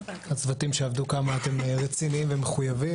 הצוותים שעבדו אמרו לי עד כמה אתם רציניים ומחויבים.